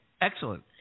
Excellent